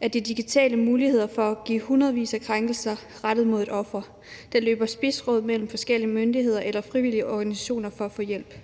at det digitale giver mulighed for hundredvis af krænkelser rettet mod en person, der løber spidsrod mellem forskellige myndigheder eller frivillige organisationer for at få hjælp.